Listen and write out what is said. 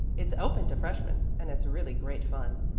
it's open to freshmen, and it's really great fun.